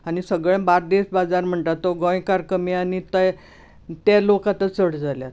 आनी सगळे बार्देस बाजार म्हणटात तो गोंयकार कमी आनी ते ते लोक आता चड जाल्यात